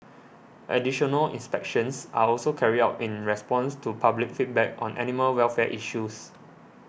additional inspections are also carried out in response to public feedback on animal welfare issues